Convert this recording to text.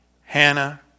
Hannah